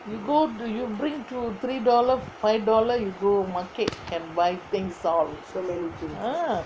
you go to you bring two three dollar five dollar go market can buy things all ah